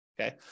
okay